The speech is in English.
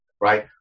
right